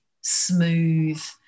smooth